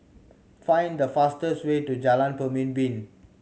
find the fastest way to Jalan Pemimpin